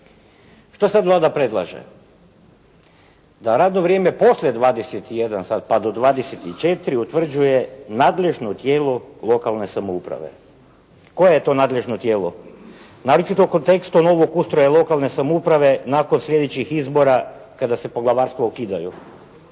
Što sad Vlada predlaže? Da radno vrijeme poslije 21 sat pa do 24 utvrđuje nadležno tijelo lokalne samouprave. Koje je to nadležno tijelo? Naročito u kontekstu novog ustroja lokalne samouprave nakon sljedećih izbora kada se poglavarstva ukidaju.